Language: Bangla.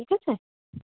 ঠিক আছে